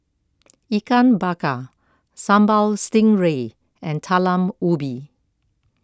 Ikan Bakar Sambal Stingray and Talam Ubi